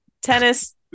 Tennis